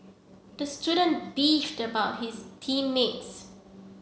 the student beefed about his team mates